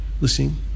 listening